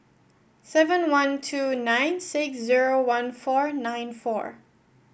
seven one two nine six zero one four nine four